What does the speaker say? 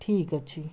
ଠିକ୍ ଅଛି